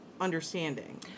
understanding